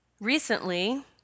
Recently